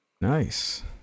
nice